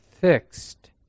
fixed